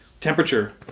temperature